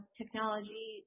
technology